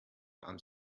ans